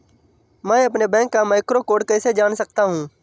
मैं अपने बैंक का मैक्रो कोड कैसे जान सकता हूँ?